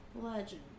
Legend